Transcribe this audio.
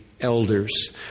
elders